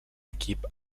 equip